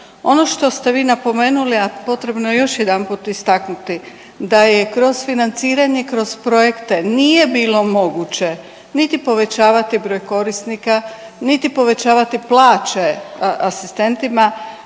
Ono što ste vi napomenuli, a potrebno je još jedanput istaknuti da je kroz financiranje, kroz projekte nije bilo moguće niti povećavati broj korisnika, niti povećavati plaće asistentima,